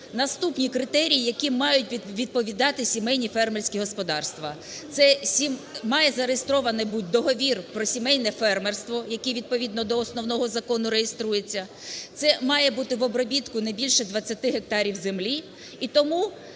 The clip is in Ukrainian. наступні критерії, яким мають відповідати сімейні фермерські господарства. Це має зареєстрований бути договір про сімейне фермерство, який відповідно до основного закону реєструється. Це має бути в обробітку не більше 20 гектарів землі. І тому